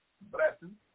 blessing